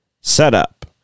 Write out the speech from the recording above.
setup